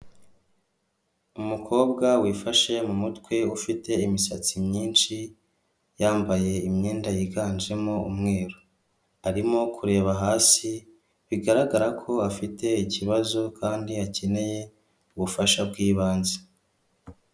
Umukobwa wifashe mu mutwe ufite imisatsi myinshi, yambaye imyenda yiganjemo umweru arimo kureba hasi bigaragara ko afite ikibazo kandi akeneye ubufasha bwibanze.